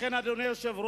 לכן, אדוני היושב-ראש,